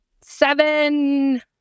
Seven